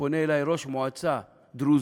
כשפנה אלי ראש מועצה דרוזי,